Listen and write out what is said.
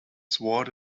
swore